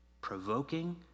provoking